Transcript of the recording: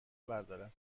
بردارم